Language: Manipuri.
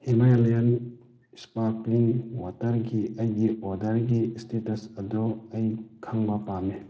ꯍꯤꯃꯥꯂꯌꯟ ꯏꯁꯄꯥꯔꯀ꯭ꯂꯤꯡ ꯋꯥꯇꯔꯒꯤ ꯑꯩꯒꯤ ꯑꯣꯔꯗꯔꯒꯤ ꯏꯁꯇꯦꯇꯁ ꯑꯗꯨ ꯑꯩ ꯈꯪꯕ ꯄꯥꯝꯃꯤ